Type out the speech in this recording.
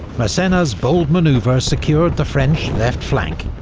massena's bold manoeuvre ah secured the french left flank,